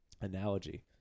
analogy